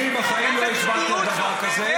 אני בחיים לא הצבעתי על דבר כזה,